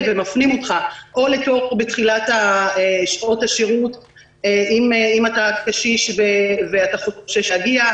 ומפנים אותך או לתור בתחילת שעות השירות אם אתה קשיש ואתה חושש להגיע,